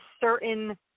certain